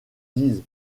dise